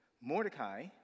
Mordecai